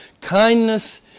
kindness